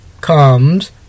comes